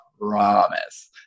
promise